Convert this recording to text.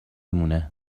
مونه